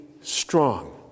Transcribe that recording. strong